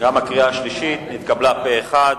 בקריאה השלישית החוק נתקבל פה אחד.